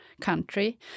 country